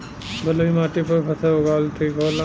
बलुई माटी पर फसल उगावल ठीक होला?